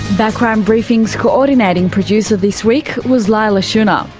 background briefing's coordinating producer this week was leila shunnar. um